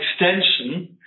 extension